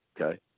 Okay